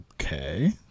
okay